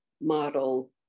model